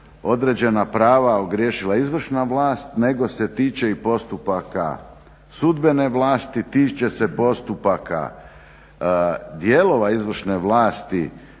određena prava ogriješila izvršna vlast nego se tiče i postupaka sudbene vlasti, tiče se postupaka dijelova Izvršne vlasti